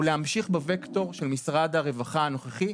הוא להמשיך בווקטור של משרד הרווחה הנוכחי,